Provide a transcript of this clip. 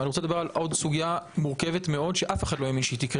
אני רוצה לדבר על עוד סוגיה מורכבת מאוד שאף אחד לא האמין שתקרה.